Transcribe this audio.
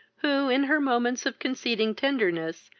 who, in her moments of conceding tenderness,